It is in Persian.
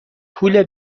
پول